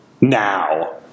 now